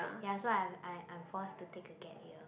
ya so I'm I'm I'm forced to take a gap year